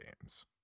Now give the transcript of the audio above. games